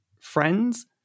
friends